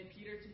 Peter